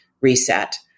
reset